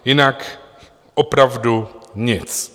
Jinak opravdu nic.